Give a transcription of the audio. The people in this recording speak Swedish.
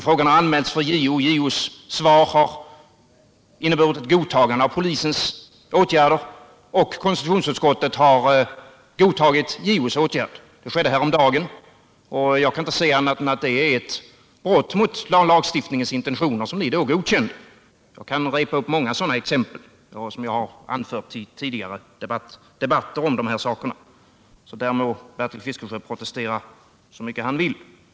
Frågan har anmälts för JO, och JO:s svar har inneburit ett godtagande av polisens åtgärder — och konstitutionsutskottet har godtagit JO:s åtgärd! Det skedde häromdagen. Jag kan inte se annat än att detta är ett brott mot de lagstiftningsintentioner som vi i dag godkänner. Jag kan räkna upp många sådana exempel, som jag har anfört i tidigare debatter om de här sakerna. Där må Bertil Fiskesjö protestera hur mycket han vill.